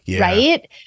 right